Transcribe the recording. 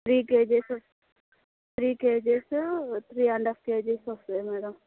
three KGs three KGs three and half KGs వస్తుంది madam